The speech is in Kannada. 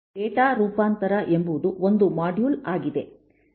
ಡೇಟಾ ರೂಪಾಂತರ ಎಂಬುವುದು ಒಂದು ಮಾಡ್ಯುಲ್ಆಗಿದೆ